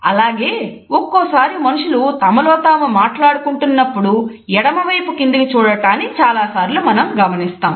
అలాగే ఒక్కొక్కసారి మనుషులు తమలో తాము మాట్లాడుకుంటున్నప్పుడు ఎడమ వైపు కిందకి చూడటాన్ని చాలాసార్లు మనం గమనిస్తాం